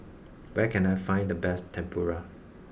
where can I find the best Tempura